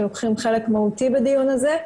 שלוקחים חלק מהותי בדיון הזה.